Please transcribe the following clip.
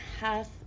half